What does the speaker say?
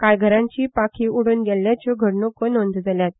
कांय घरांचीं पांखीं उड़ून गेल्ल्याच्यो घडण्को नोंद जाल्यात